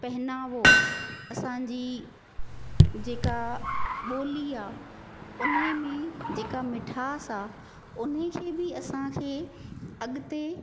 पहनावो असांजी जेका ॿोली आहे उन्हीअ में जेका मिठास आहे उन्हीअ खे बि असांखे अॻिते